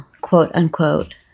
quote-unquote